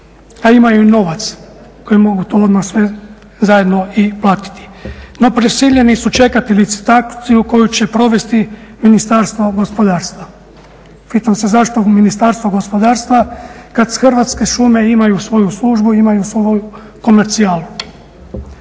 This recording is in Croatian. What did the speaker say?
a imaju i novac kojim mogu to odmah sve i platiti. No, prisiljeni su čekati licitaciju koju će provesti Ministarstvo gospodarstvo. Pitam se zašto Ministarstvo gospodarstva kad Hrvatske šume imaju svoju službu imaju svoju komercijalu.